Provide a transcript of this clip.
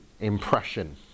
impression